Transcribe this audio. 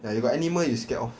like got animal you scared of